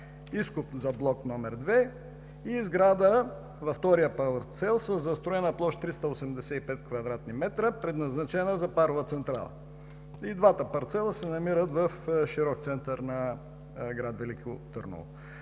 изкоп за Блок № 2 и сграда – във втория парцел, със застроена площ 385 кв. м., предназначена за парова централа. И двата парцела се намират в широк център на град Велико Търново.